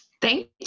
Thank